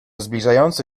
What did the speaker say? zbliżający